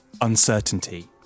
uncertainty